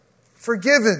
Forgiven